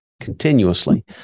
continuously